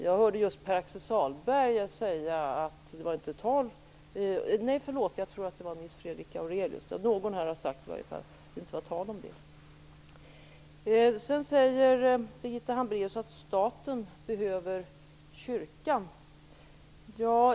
Det var någon här tidigare som sade att det inte var tal om det. Birgitta Hambraeus sade att staten behöver kyrkan.